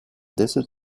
desert